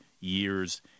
year's